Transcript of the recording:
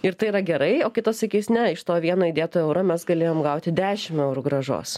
ir tai yra gerai o kitas sakys ne iš to vieno įdėto euro mes galėjom gauti dešim eurų grąžos